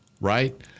right